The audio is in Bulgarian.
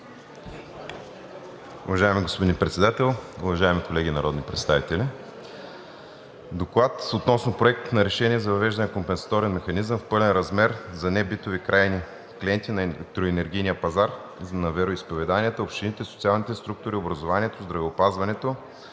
Уважаеми господин Председател, уважаеми колеги народни представители „ДОКЛАД относно Проект на решение за въвеждане на компенсаторен механизъм в пълен размер за небитови крайни клиенти на електроенергийния пазар на вероизповеданията, общините, социалните структури, образованието, здравеопазването,